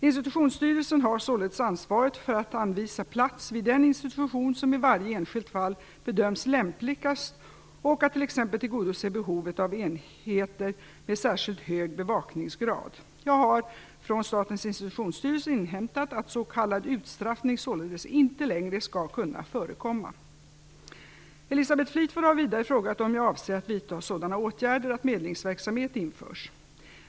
Institutionsstyrelsen har således ansvaret för att anvisa plats vid den institution som i varje enskilt fall bedöms lämpligast och att t.ex. tillgodose behovet av enheter med särskilt hög bevakningsgrad. Jag har från Statens institutionsstyrelse inhämtat att s.k. utstraffning således inte längre skall kunna förekomma. Elisabeth Fleetwood har vidare frågat om jag avser att vidta sådana åtgärder att medlingsverksamhet införs.